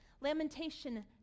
Lamentation